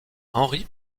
henri